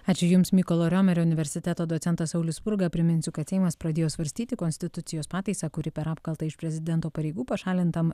ačiū jums mykolo romerio universiteto docentas saulius spurga priminsiu kad seimas pradėjo svarstyti konstitucijos pataisą kuri per apkaltą iš prezidento pareigų pašalintam